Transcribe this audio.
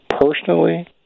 personally